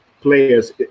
players